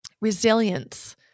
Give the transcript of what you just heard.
Resilience